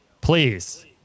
please